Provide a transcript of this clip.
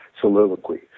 soliloquy